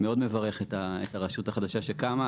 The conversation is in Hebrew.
מאוד מברך את הרשות החדשה שקמה.